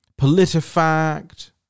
PolitiFact